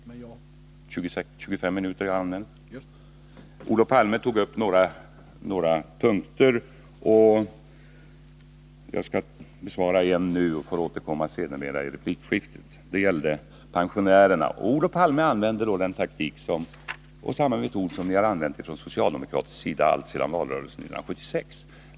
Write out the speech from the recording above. Olof Palme tog upp några punkter. Jag skall bemöta en nu och får sedermera återkomma i replikskiftet. Det gällde pensionärerna. Olof Palme använde den taktik som man från socialdemokratisk sida har använt alltsedan valrörelsen 1976.